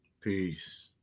Peace